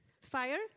fire